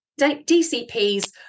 DCPs